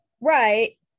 Right